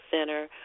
Center